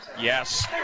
Yes